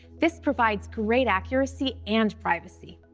this provides great accuracy and privacy.